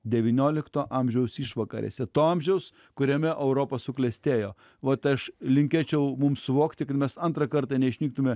devyniolikto amžiaus išvakarėse to amžiaus kuriame europa suklestėjo vat aš linkėčiau mum suvokti kad mes antrą kartą neišnyktume